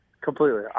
completely